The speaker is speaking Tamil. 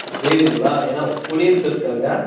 வீடுங்களா என்ன குடியிருக்கிறதுக்காங்க